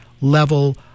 level